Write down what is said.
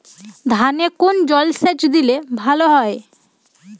ধানে কোন জলসেচ দিলে ভাল হয়?